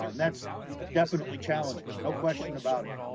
um that's definitely challenging, no question about it,